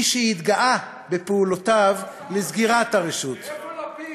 מי שהתגאה בפעולותיו לסגירת הרשות, איפה לפיד?